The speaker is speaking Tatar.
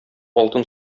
алтын